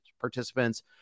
participants